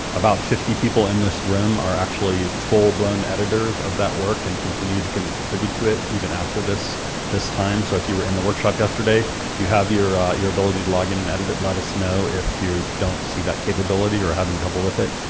about fifty people in this room are actually full blown editors of that work and continue to contribute to it even after this this time, so if you were in the workshop yesterday you have your your ability to log in and edit it, let us know if you don't see that capability or are having trouble with it.